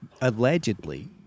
allegedly